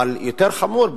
אבל יותר חמור,